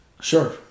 Sure